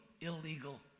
illegal